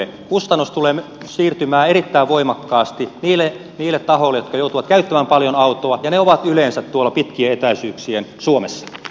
kustannus tulee siirtymään erittäin voimakkaasti niille tahoille jotka joutuvat käyttämään paljon autoa ja ne ovat yleensä tuolla pitkien etäisyyksien suomessa